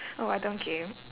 oh I don't game